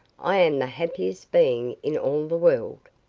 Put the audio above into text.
i am the happiest being in all the world.